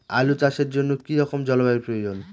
আলু চাষের জন্য কি রকম জলবায়ুর প্রয়োজন?